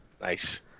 Nice